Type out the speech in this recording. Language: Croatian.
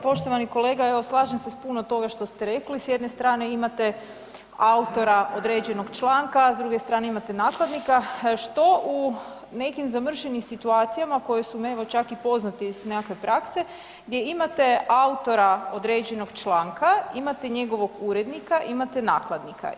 Poštovani kolega evo slažem se s puno toga što ste rekli, s jedne strane imate autora određenog članka, a s druge strane imate nakladnika što u nekim zamršenim situacijama koje su mi evo čak i poznate iz nekakve prakse, gdje imate autora određenog članka, imate njegovog urednika, imate nakladnika.